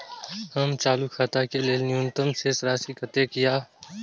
हमर चालू खाता के लेल न्यूनतम शेष राशि कतेक या?